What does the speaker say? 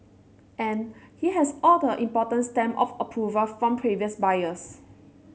and he has all the importance stamp of approval from previous buyers